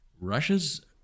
Russia's